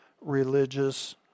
religious